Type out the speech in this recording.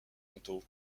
mentaux